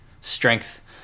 strength